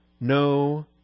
no